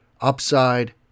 upside